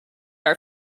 our